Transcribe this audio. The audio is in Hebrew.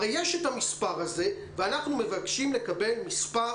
הרי יש את המספר הזה ואנחנו מבקשים לקבל מספר